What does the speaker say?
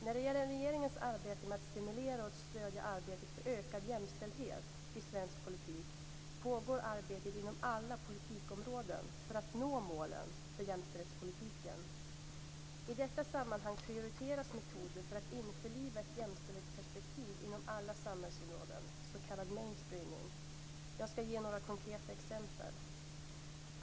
När det gäller regeringens arbete med att stimulera och stödja arbetet för ökad jämställdhet i svensk politik pågår arbete inom alla politikområden för att nå målen för jämställdhetspolitiken. I detta sammanhang prioriteras metoder för att införliva ett jämställdhetsperspektiv inom alla samhällsområden, s.k. Jag skall ge några konkreta exempel.